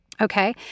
Okay